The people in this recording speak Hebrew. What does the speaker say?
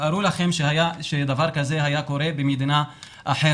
תארו לכם שדבר כזה היה קורה במדינה אחרת.